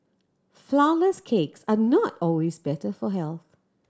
flourless cakes are not always better for health